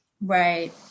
Right